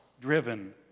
driven